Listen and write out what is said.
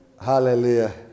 Hallelujah